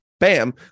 Bam